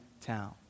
town